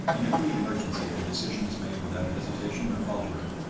in every emergency their decision is made without hesitation or faltering,